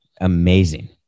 Amazing